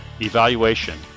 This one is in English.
evaluation